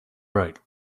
right